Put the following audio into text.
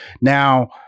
Now